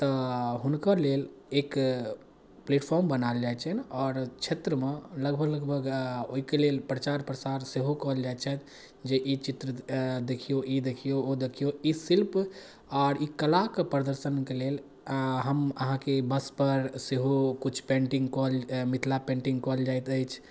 तऽ हुनकर लेल एक प्लेटफार्म बनाएल जाइत छनि आओर क्षेत्रमे लगभग लगभग ओहिके लेल प्रचार प्रसार सेहो कएल जाइत छथि जे ई चित्र देखिऔ ई देखिऔ ओ देखिऔ ई शिल्प आओर ई कलाके प्रदर्शनके लेल हम अहाँके बसपर सेहो किछु पेन्टिङ्ग कएल मिथिला पेन्टिङ्ग कएल जाइत अछि